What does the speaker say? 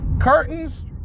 curtains